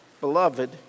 Beloved